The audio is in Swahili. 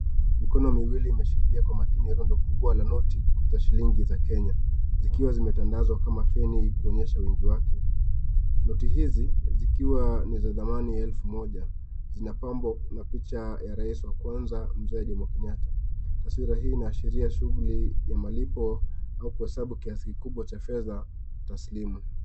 Mikono miwili imeshikilia kwa makini funda kubwa la noti za shilingi za kenya, zki2a zimetandazwa kama feni kuonyesha wingi wake, noti hizi zikiwa ni za dhamani ya elfu moja, zimepambwa na picha ya rais wa kwanza mzee jomo kenyata, taswira hii inaashiria shughuli ya malipo au kuhesabu kiasi kikubwa cha pesa tasilimu.